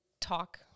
talk